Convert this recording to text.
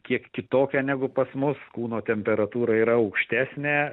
kiek kitokia negu pas mus kūno temperatūra yra aukštesnė